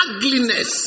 Ugliness